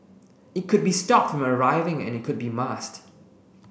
it could be stopped from arriving and it could be masked